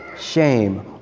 shame